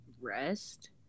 rest